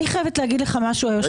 אני חייבת להגיד לך יושב הראש.